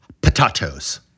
potatoes